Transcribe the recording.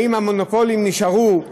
האם המונופולים נשארו?